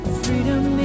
freedom